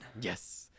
yes